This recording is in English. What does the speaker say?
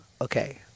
Okay